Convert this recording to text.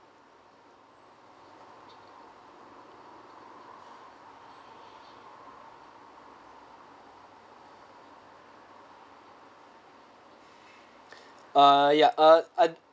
uh ya uh uh